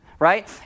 right